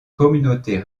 communautés